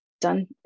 done